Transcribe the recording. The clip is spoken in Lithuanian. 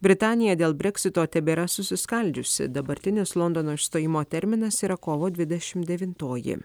britanija dėl breksito tebėra susiskaldžiusi dabartinis londono išstojimo terminas yra kovo dvidešimt devintoji